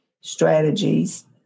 strategies